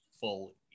full